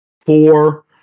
four